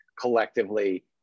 collectively